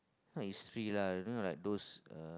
uh it's free lah I mean like those uh